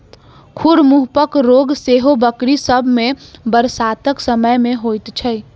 खुर मुँहपक रोग सेहो बकरी सभ मे बरसातक समय मे होइत छै